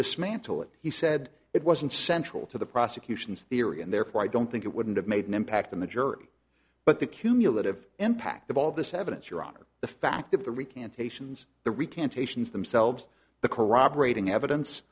dismantle it he said it wasn't central to the prosecution's theory and therefore i don't think it wouldn't have made an impact on the jury but the cumulative impact of all this evidence your honor the fact that the recantations the recantations themselves the corroborating evidence